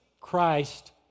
Christ